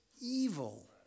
evil